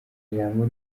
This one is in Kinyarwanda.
ijambo